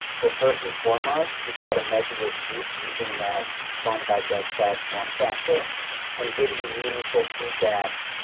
so first and foremost, we try to measure your sleep using that phone by bedside form factor and give you meaningful feedback.